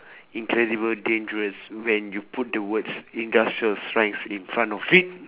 incredible dangerous when you put the words industrial strength in front of it